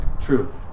true